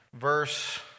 verse